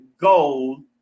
gold